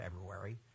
February